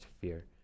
fear